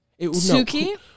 Suki